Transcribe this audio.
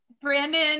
Brandon